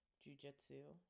jujitsu